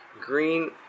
green